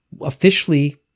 officially